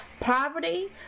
poverty